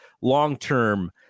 long-term